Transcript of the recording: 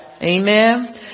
Amen